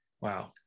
Wow